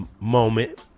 moment